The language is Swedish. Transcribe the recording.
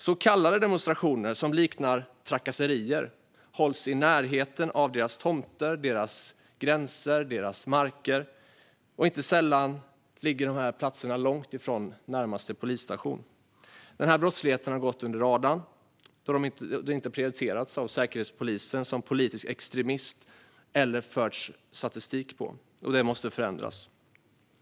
Så kallade demonstrationer, som liknar trakasserier, hålls i närheten av deras tomter, deras gränser och deras marker. Inte sällan ligger dessa platser långt ifrån närmaste polisstation. Den här brottsligheten har gått under radarn då Säkerhetspolisen inte har prioriterat den som politisk extremism eller fört statistik över den. Det måste förändras.